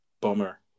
bummer